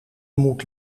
moet